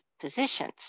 positions